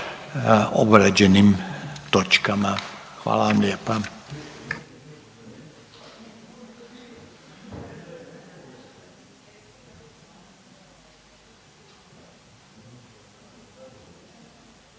obrađenim točkama. Hvala vam lijepa.